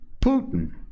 Putin